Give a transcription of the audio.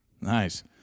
Nice